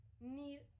need